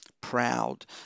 proud